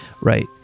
Right